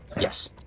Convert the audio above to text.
Yes